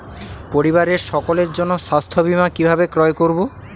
পরিবারের সকলের জন্য স্বাস্থ্য বীমা কিভাবে ক্রয় করব?